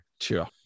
Sure